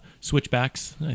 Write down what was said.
switchbacks